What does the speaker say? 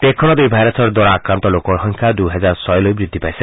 দেশখনত এই ভাইৰাছৰ দ্বাৰা আক্ৰান্ত লোকৰ সংখ্যা দূহেজাৰ ছয়লৈ বৃদ্ধি পাইছে